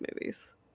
movies